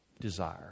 desire